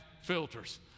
filters